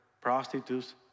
prostitutes